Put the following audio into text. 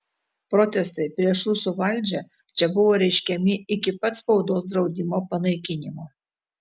protestai prieš rusų valdžią čia buvo reiškiami iki pat spaudos draudimo panaikinimo